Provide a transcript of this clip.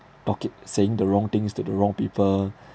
for keep saying the wrong things to the wrong people